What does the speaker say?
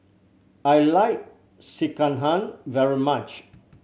I like Sekihan very much